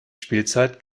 spielzeit